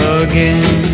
again